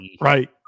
Right